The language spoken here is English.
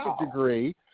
degree